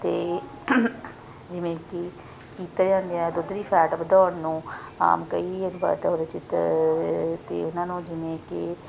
ਅਤੇ ਜਿਵੇਂ ਕਿ ਕੀਤਾ ਜਾਂਦਾ ਦੁੱਧ ਦੀ ਫੈਟ ਵਧਾਉਣ ਨੂੰ ਆਮ ਕਈ ਅਤੇ ਉਹਨਾਂ ਨੂੰ ਜਿਵੇਂ ਕਿ